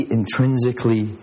intrinsically